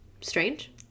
strange